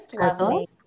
lovely